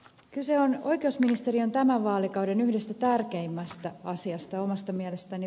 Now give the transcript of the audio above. kyse on oikeusministeriön tämän vaalikauden yhdestä tärkeimmästä asiasta omasta mielestäni